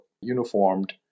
uniformed